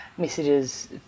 messages